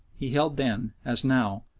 he held then, as now,